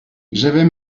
j’avais